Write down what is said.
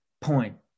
point